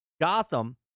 Gotham